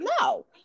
no